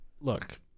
Look